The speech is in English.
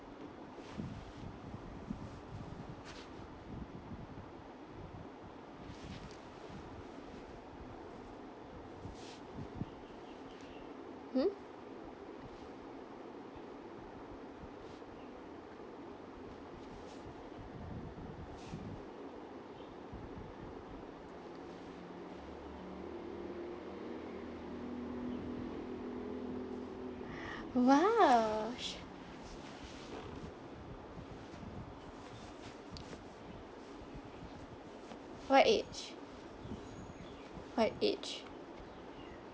hmm !wow! what age what age